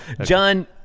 John